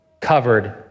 covered